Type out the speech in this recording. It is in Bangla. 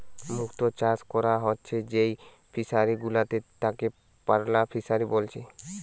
মুক্ত চাষ কোরা হচ্ছে যেই ফিশারি গুলাতে তাকে পার্ল ফিসারী বলছে